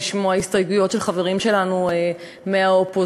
לשמוע הסתייגויות של חברים שלנו מהאופוזיציה,